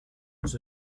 was